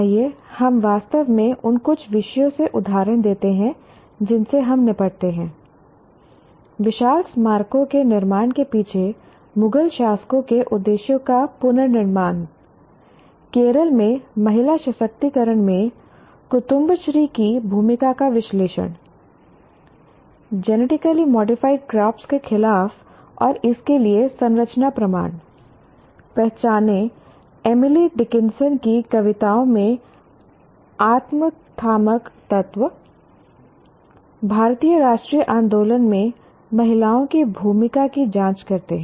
आइए हम वास्तव में उन कुछ विषयों से उदाहरण देते हैं जिनसे हम निपटते हैं विशाल स्मारकों के निर्माण के पीछे मुगल शासकों के उद्देश्यों का पुनर्निर्माण केरल में महिला सशक्तीकरण में कुदुम्बश्री की भूमिका का विश्लेषण जेनेटिकली मॉडिफाइड क्रॉप्स के खिलाफ और इसके लिए संरचना प्रमाण पहचानें एमिली डिकिंसन की कविताओं में आत्मकथात्मक तत्व भारतीय राष्ट्रीय आंदोलन में महिलाओं की भूमिका की जाँच करते हैं